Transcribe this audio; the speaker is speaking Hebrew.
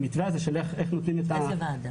שפרטיו יגובשו בוועדה --- איזו ועדה?